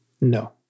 No